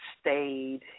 stayed